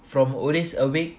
from always awake